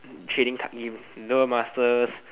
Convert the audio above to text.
trading card games duel masters